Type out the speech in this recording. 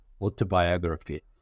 autobiography